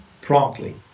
promptly